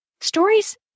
stories